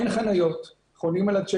אין חניות וחונים על הדשא.